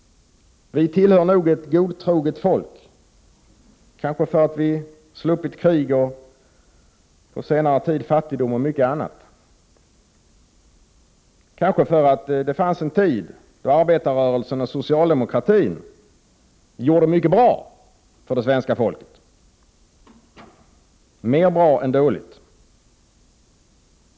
Vi är nog ett godtroget folk, kanske därför att vi har sluppit krig och på senare tid fattigdom och mycket annat, kanske därför att det fanns en tid då arbetarrörelsen och socialdemokratin gjorde mycket bra för det svenska folket, mer bra än dåligt.